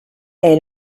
est